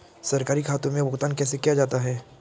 सरकारी खातों में भुगतान कैसे किया जाता है?